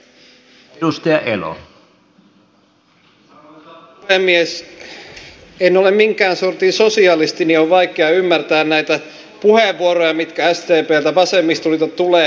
kun en ole minkään sortin sosialisti niin on vaikea ymmärtää näitä puheenvuoroja mitä sdpltä ja vasemmistoliitolta tulee